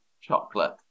chocolate